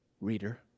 reader